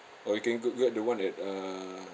or you can go get the one at err